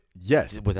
Yes